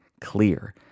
clear